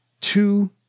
two